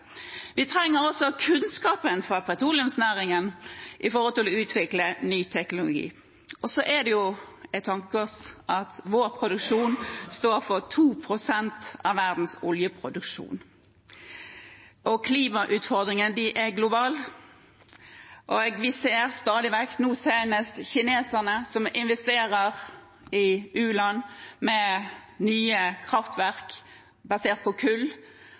Vi trenger også kunnskapen fra petroleumsnæringen med tanke på å utvikle ny teknologi. Og så er det et tankekors at vår produksjon står for 2 pst. av verdens oljeproduksjon. Klimautfordringene er globale, og vi ser stadig vekk noen, og nå seneste kineserne, som investerer i nye kraftverk basert på kull